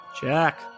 jack